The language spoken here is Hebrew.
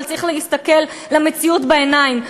אבל צריך להסתכל למציאות בעיניים.